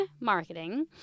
marketing